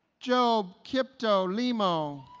job kiptoo limo